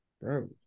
bro